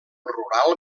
rural